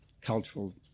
cultural